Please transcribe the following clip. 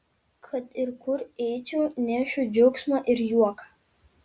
kad ir kur eičiau nešu džiaugsmą ir juoką